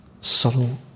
subtle